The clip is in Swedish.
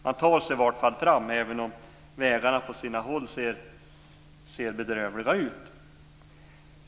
Man tar sig i alla fall fram även om vägarna på sina håll ser bedrövliga ut.